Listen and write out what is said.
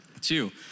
Two